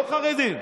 לא החרדים,